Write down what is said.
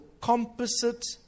composite